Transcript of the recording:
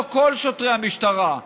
לא כל שוטרי המשטרה,